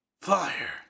Fire